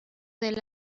del